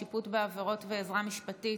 שיפוט בעבירות ועזרה משפטית),